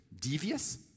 Devious